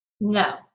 No